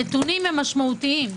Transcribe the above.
הנתונים הם משמעותיים.